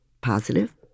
positive